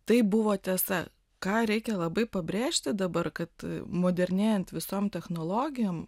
tai buvo tiesa ką reikia labai pabrėžti dabar kad modernėjant visom technologijom